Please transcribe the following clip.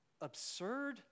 absurd